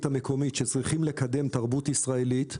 המקומית שצריכים לקדם תרבות ישראלית.